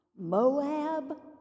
moab